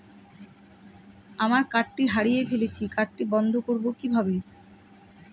আমার কার্ডটি হারিয়ে ফেলেছি কার্ডটি বন্ধ করব কিভাবে?